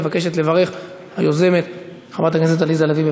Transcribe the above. מבקשת לברך היוזמת, חברת הכנסת עליזה לביא.